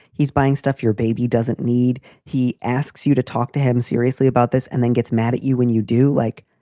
he's buying stuff your baby doesn't need. he asks you to talk to him seriously about this and then gets mad at you when you do like.